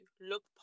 look